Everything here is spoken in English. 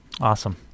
Awesome